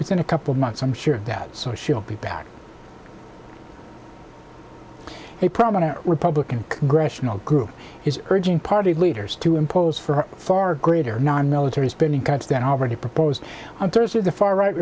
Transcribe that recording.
within a couple months i'm sure of that so she'll be back a prominent republican congressional group is urging party leaders to impose for far greater nonmilitary spending cuts that are already proposed on thursday the far right